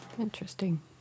Interesting